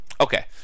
Okay